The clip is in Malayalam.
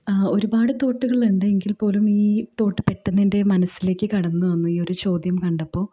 ഒരുപാട് തോട്ടുകളുണ്ട് എങ്കിൽപ്പോലും ഈ തോട്ട് പെട്ടെന്ന് എൻ്റെ മനസ്സിലേക്ക് കടന്നുവന്നു ഈ ഒരു ചോദ്യം കണ്ടപ്പോൾ